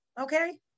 Okay